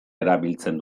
erabiltzen